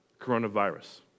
coronavirus